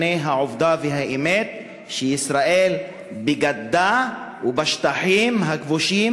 את העובדה והאמת שישראל בגדה ובשטחים הכבושים,